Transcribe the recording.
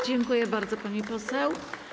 Dziękuję bardzo, pani poseł.